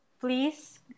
please